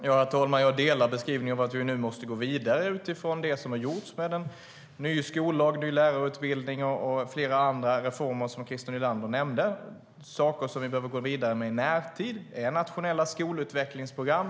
Herr talman! Jag delar beskrivningen av att vi nu måste gå vidare utifrån det som har gjorts med ny skollag, ny lärarutbildning och flera andra reformer som Christer Nylander nämnde. I närtid behöver vi gå vidare med nationella skolutvecklingsprogram.